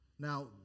Now